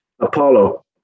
apollo